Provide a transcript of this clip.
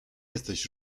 jesteś